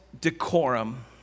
decorum